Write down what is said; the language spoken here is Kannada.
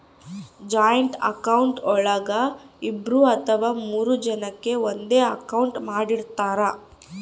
ಜಾಯಿಂಟ್ ಅಕೌಂಟ್ ಒಳಗ ಇಬ್ರು ಅಥವಾ ಮೂರು ಜನಕೆ ಒಂದೇ ಅಕೌಂಟ್ ಮಾಡಿರ್ತರಾ